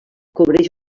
cobreix